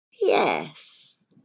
Yes